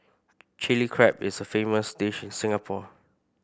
Chilli Crab is a famous dish in Singapore